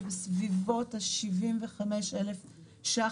זה בסביבות ה-75,000 ₪,